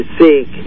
seek